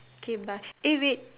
okay but eh wait